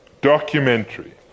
Documentary